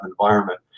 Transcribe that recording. environment